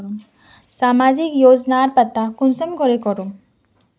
सामाजिक योजनार पता कुंसम करे करूम?